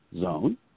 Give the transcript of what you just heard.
zone